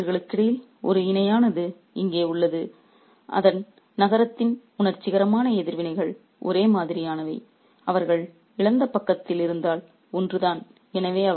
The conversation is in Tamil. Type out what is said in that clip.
இந்த இரு மனிதர்களுக்கிடையில் ஒரு இணையானது இங்கே உள்ளது அதன் நகரத்தின் உணர்ச்சிகரமான எதிர்வினைகள் ஒரே மாதிரியானவை அவர்கள் இழந்த பக்கத்தில் இருந்தால் ஒன்றுதான்